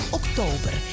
oktober